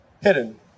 hidden